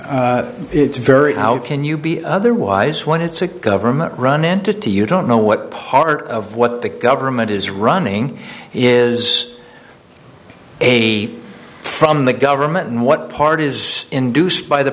it's very how can you be otherwise when it's a government run into two you don't know what part of what the government is is running a from the government and what part is induced by the